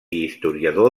historiador